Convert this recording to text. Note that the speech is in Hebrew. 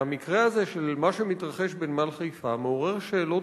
והמקרה הזה של מה שמתרחש בנמל חיפה מעורר שאלות